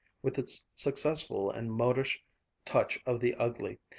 with its successful and modish touch of the ugly,